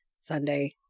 Sunday